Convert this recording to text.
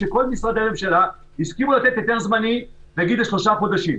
שכל משרדי הממשלה הסכימו לתת היתר זמני נגיד לשלושה חודשים.